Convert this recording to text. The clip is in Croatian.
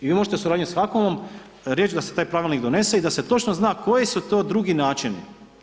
I vi možete u suradnji sa HAKOM-om riješiti da se taj pravilnik donese i da se točno zna koji su to drugi načini.